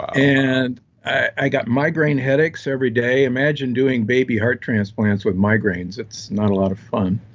and i got migraine headaches every day, imagine doing baby heart transplants with migraines, it's not a lot of fun.